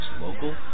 local